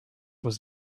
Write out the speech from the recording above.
was